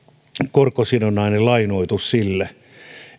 korkosidonnainen lainoitus sille